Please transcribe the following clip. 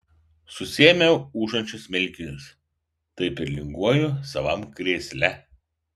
susiėmiau ūžiančius smilkinius taip ir linguoju savam krėsle